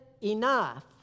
enough